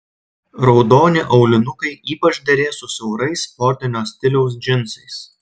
raudoni aulinukai ypač derės su siaurais sportinio stiliaus džinsais